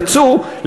ייצוא,